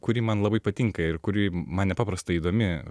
kuri man labai patinka ir kuri man nepaprastai įdomi